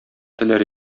теләр